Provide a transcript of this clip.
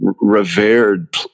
revered